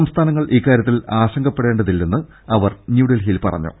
സംസ്ഥാനങ്ങൾ ഇക്കാര്യത്തിൽ ആശ ങ്കപ്പെടേണ്ടതില്ലെന്ന് അവർ ന്യൂഡൽഹിയിൽ പറഞ്ഞു